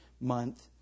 month